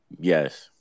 yes